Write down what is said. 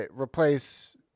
replace-